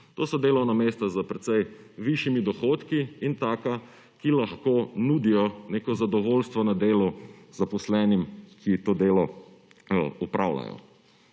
To so delovna mesta s precej višjimi dohodki in taka, ki lahko nudijo neko zadovoljstvo na delu zaposlenim, ki to delo opravljajo.